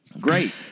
Great